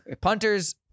Punters